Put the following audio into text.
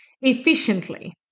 efficiently